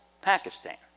Pakistan